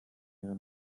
ihre